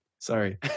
Sorry